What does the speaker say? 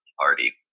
party